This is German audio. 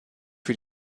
für